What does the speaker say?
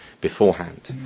beforehand